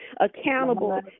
accountable